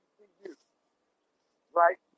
right